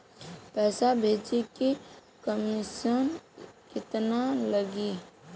पैसा भेजे में कमिशन केतना लागि?